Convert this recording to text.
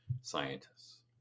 scientists